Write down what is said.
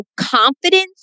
confidence